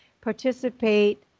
participate